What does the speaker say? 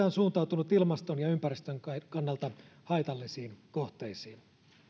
on suuntautunut ilmaston ja ympäristön kannalta haitallisiin kohteisiin